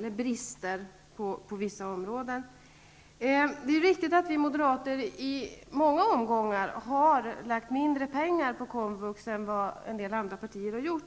Det är riktigt att vi moderater i många omgångar har lagt mindre pengar på komvux en vad en del andra partier har gjort.